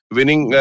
Winning